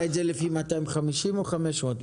חישבת את זה לפי 250 מיליון או 500 מיליון?